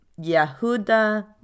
Yehuda